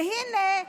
והינה,